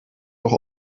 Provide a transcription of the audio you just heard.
doch